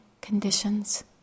conditions